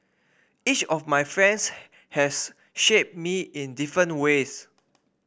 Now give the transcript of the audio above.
each of my friends has shaped me in different ways